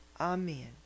Amen